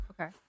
Okay